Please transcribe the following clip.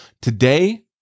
today